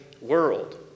world